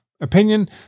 opinion